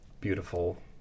beautiful